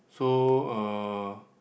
so uh